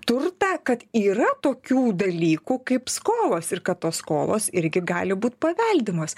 turtą kad yra tokių dalykų kaip skolos ir kad tos skolos irgi gali būt paveldimos